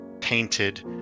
painted